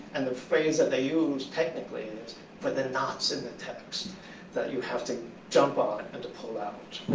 and the phrase that they use, technically, is for the knots in the text that you have to jump on and to pull out.